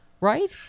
Right